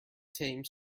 tame